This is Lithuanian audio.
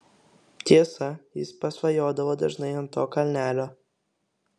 tiesa jis pasvajodavo dažnai ant to kalnelio